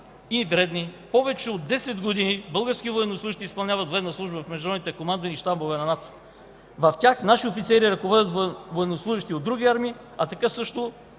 и вредни. Повече от десет години български военнослужещи изпълняват военна служба в международните командни щабове на НАТО. В тях наши офицери ръководят военнослужещи от други армии, а така също